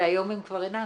והיום הן כבר אינם,